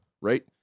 right